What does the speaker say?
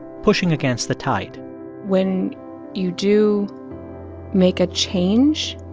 pushing against the tide when you do make a change,